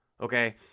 Okay